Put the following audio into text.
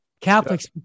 Catholics